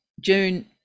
June